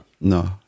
No